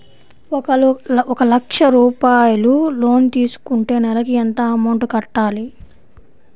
ఒక లక్ష రూపాయిలు లోన్ తీసుకుంటే నెలకి ఎంత అమౌంట్ కట్టాలి?